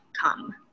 come